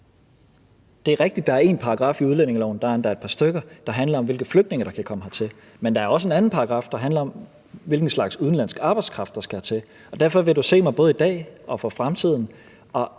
Det er rigtigt, at der er en paragraf i udlændingeloven – der er endda et par stykker – der handler om, hvilke flygtninge der kan komme hertil. Men der er også en anden paragraf, der handler om, hvilken slags udenlandsk arbejdskraft der skal hertil. Og derfor vil man se mig både i dag og i fremtiden